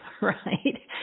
Right